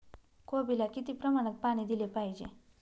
कोबीला किती प्रमाणात पाणी दिले पाहिजे?